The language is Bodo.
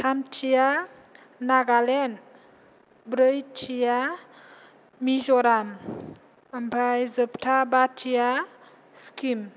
थामथिया नागालेण्ड ब्रैथिया मिज'राम ओमफ्राय जोबथा बाथिया सिक्किम